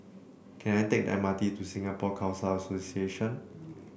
can I take the M R T to Singapore Khalsa Association